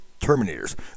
Terminators